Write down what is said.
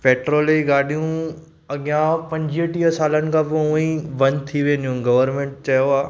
petrol जी गाॾियूं अॻियां पंजीह टीह सालनि खां पोइ उह ई बंदि थी वेंदियूं गवरमेंट चयो आहे